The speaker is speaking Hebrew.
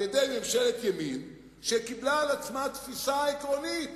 על-ידי ממשלת ימין שקיבלה על עצמה תפיסה עקרונית